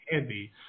heavy